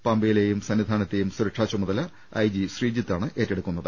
പമ്പയിലെയും സന്നിധാനത്തെയും സുരക്ഷാചുമതല I G Sreejith ഏറ്റെടുക്കും